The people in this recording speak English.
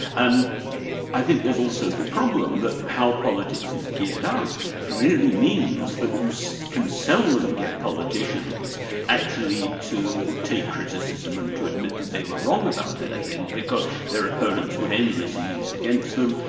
and i think there's also the problem that how politics is geared up really means that you can seldom get politicians actually to take criticism and to admit that they were wrong about anything because their opponents would endlessly use it against them,